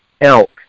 elk